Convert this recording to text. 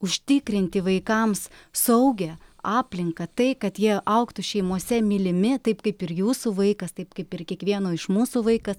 užtikrinti vaikams saugią aplinką tai kad jie augtų šeimose mylimi taip kaip ir jūsų vaikas taip kaip ir kiekvieno iš mūsų vaikas